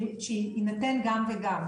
שיינתן גם וגם.